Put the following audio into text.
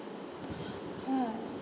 ah